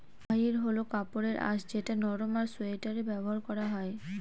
মহাইর হল কাপড়ের আঁশ যেটা নরম আর সোয়াটারে ব্যবহার করা হয়